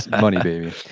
money baby.